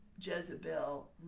Jezebel